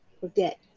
forget